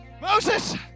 Moses